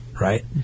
right